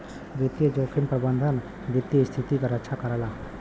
वित्तीय जोखिम प्रबंधन वित्तीय स्थिति क रक्षा करला